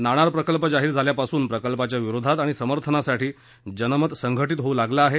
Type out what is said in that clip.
नाणार प्रकल्प जाहीर झाल्यापासून प्रकल्पाच्या विरोधात आणि समर्थनासाठी जनमत संघटित होऊ लागलं आहे